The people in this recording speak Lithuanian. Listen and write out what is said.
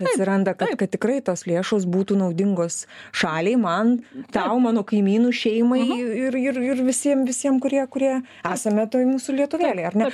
atsiranda kad tikrai tos lėšos būtų naudingos šaliai man tau mano kaimynui šeimai ir ir visiem visiem kurie kurie esame toje mūsų lietuvėlėj ar ne